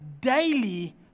daily